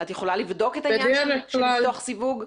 את יכולה לבדוק את העניין של לפתוח סיווג?